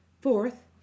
Fourth